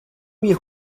huit